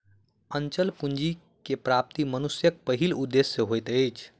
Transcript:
अचल पूंजी के प्राप्ति मनुष्यक पहिल उदेश्य होइत अछि